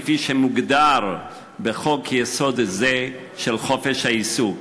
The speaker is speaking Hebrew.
כפי שמוגדר בחוק-יסוד זה של חופש העיסוק.